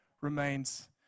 remains